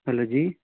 hello जी